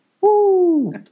Woo